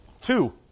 Two